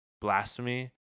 blasphemy